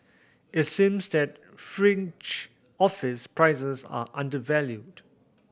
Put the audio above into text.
it seems that fringe office prices are undervalued